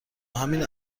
همین